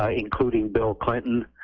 ah including bill clinton